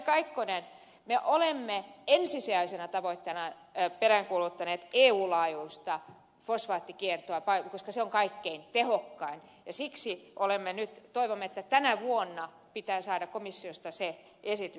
kaikkonen me olemme ensisijaisena tavoitteena peräänkuuluttaneet eun laajuista fosfaattikieltoa koska se on kaikkein tehokkain ja siksi nyt toivomme että tänä vuonna pitää saada komissiosta se esitys